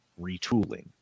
retooling